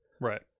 Right